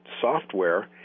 software